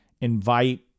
invite